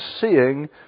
seeing